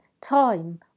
time